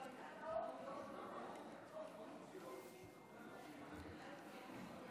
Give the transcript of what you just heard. היום אנחנו גם נתחיל לטפל בנושא של סטודנטים ערבים שלומדים בחו"ל.